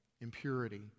impurity